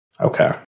Okay